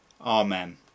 Amen